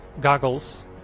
goggles